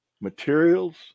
materials